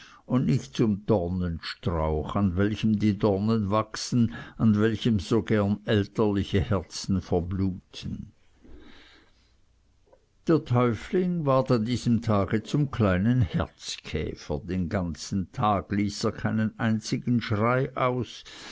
und nicht zum dornenstrauch an welchem die dornen wachsen an welchem so gern elterliche herzen verbluten der täufling ward an diesem tage zum kleinen herzkäfer den ganzen tag ließ er keinen einzigen schrei aus